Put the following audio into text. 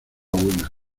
buena